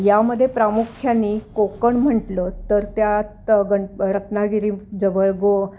यामध्ये प्रामुख्याने कोकण म्हटलं तर त्यात गण रत्नागिरी जवळ गो